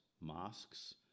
mosques